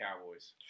Cowboys